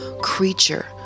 creature